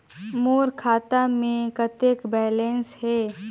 मोर खाता मे कतेक बैलेंस हे?